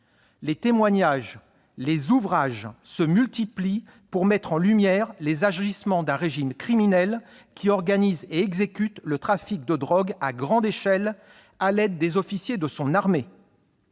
Les témoignages, les ouvrages se multiplient pour mettre en lumière les agissements d'un régime criminel, organisant et exécutant le trafic de drogue à grande échelle, à l'aide des officiers de son armée.